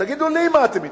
תגידו לי מה אתם מתכוונים.